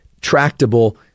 tractable